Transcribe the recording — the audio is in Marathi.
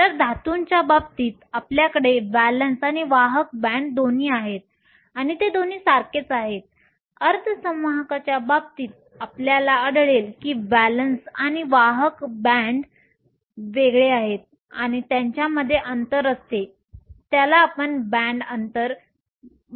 तर धातूंच्या बाबतीत आपल्याकडे व्हॅलेंस आणि वाहक बँड दोन्ही आहेत आणि ते दोन्ही सारखेच आहेत अर्धसंवाहकच्या बाबतीत तुम्हाला आढळेल की व्हॅलेंस आणि वाहक बँड वेगळे आहेत आणि त्यांच्यामध्ये अंतर असते त्याला आपण बँड अंतर म्हणतात